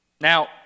Now